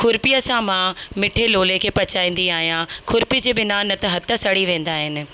खुर्पीअ सां मां मिठे लोले खे पचाईंदी आहियां खुर्पी जे बिना न त हथ सड़ी वेंदा आहिनि